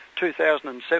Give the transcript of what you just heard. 2007